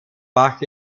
bach